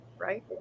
Right